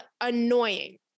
annoying